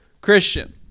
Christian